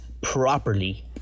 properly